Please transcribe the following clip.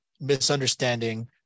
misunderstanding